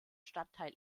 stadtteil